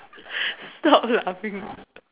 stop laughing